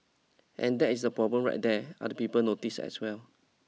and that is the problem right there other people noticed as well